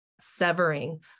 severing